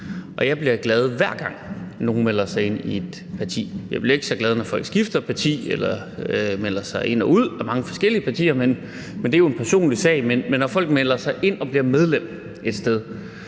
Og jeg bliver glad, hver gang folk melder sig ind i et parti. Jeg bliver ikke så glad, når folk skifter parti eller melder sig ind og ud af mange forskellige partier, men det er jo en personlig sag. Men når folk melder sig ind og bliver medlem et sted